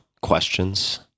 questions